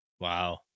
Wow